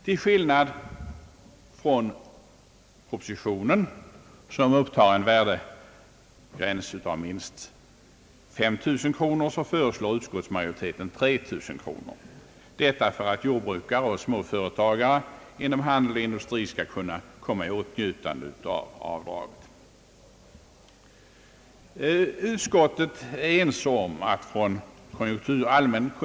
Till skillnad från propositionen, som upptar en värdegräns av minst 5 000 kronor, föreslår = utskottsmajoriteten 3 000 kronor, detta för att jordbrukare och småföretagare inom handel och industri skall kunna komma i åtnjutande av det föreslagna avdraget.